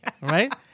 Right